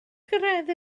gyrraedd